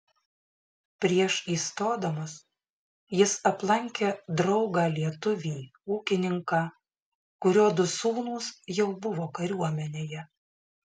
prieš įstodamas jis aplankė draugą lietuvį ūkininką kurio du sūnūs jau buvo kariuomenėje